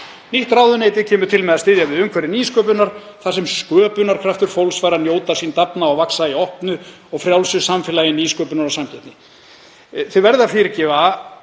Nýtt ráðuneyti kemur til með að styðja við umhverfi nýsköpunar þar sem sköpunarkraftur fólks fær að njóta sín, dafna og vaxa í opnu og frjálsu samfélagi nýsköpunar og samkeppni.“ Þið verðið að fyrirgefa